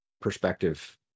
perspective